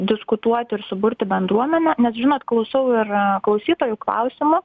diskutuoti ir suburti bendruomenę nes žinot klausau ir klausytojų klausimų